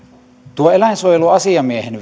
tuon eläinsuojeluasiamiehen